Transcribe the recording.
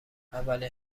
اولین